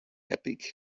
epic